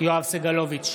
יואב סגלוביץ'